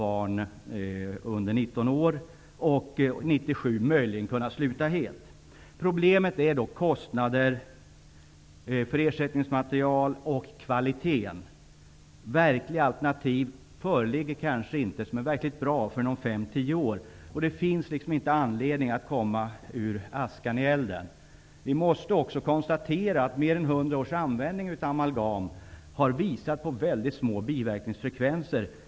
År 1997 skulle man möjligen kunna sluta helt med amalgam. Problemet är kostnader för ersättningsmaterial och kvaliteten. Verkliga alternativ som är bra föreligger kanske inte förrän om 5--10 år. Det finns inte anledning att försätta sig i en situation så att man kommer ur askan i elden. Vi måste också konstatera att mer än hundra års användning av amalgam har visat på mycket små biverkningsfrekvenser.